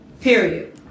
period